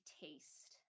taste